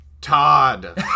Todd